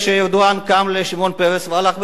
כשארדואן קם לשמעון פרס והלך.